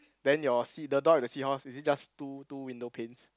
then your sea the door with the seahorse is it just two two window panes